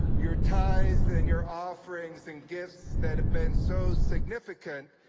your tithes and your offerings and gifts that have been so significant.